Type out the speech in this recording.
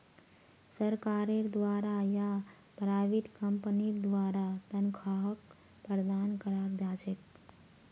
सरकारेर द्वारा या प्राइवेट कम्पनीर द्वारा तन्ख्वाहक प्रदान कराल जा छेक